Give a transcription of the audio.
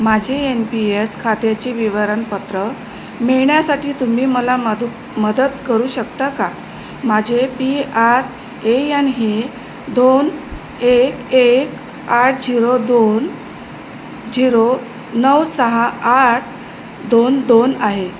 माझे N P S खात्याचे विवरणपत्र मिळण्यासाठी तुम्ही मला मदु मदत करू शकता का माझे पी आर ए यन हे दोन एक एक आठ झिरो दोन झिरो नऊ सहा आठ दोन दोन आहे